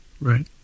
Right